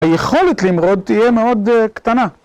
היכולת למרוד תהיה מאוד קטנה.